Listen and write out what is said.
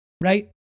right